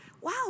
wow